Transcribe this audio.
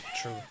True